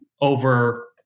over